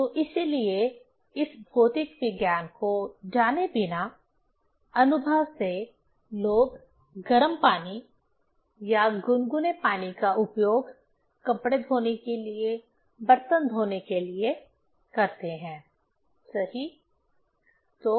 तो इसीलिए इस भौतिक विज्ञान को जाने बिना अनुभव से लोग गर्म पानी या गुनगुने पानी का उपयोग कपड़े धोने के लिए बर्तन धोने के लिए करते हैं सही